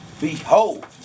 Behold